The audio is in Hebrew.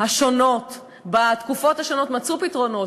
השונות בתקופות השונות מצאו פתרונות.